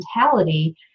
mentality